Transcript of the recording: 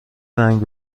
زنگ